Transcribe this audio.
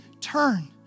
turn